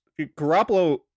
garoppolo